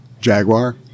jaguar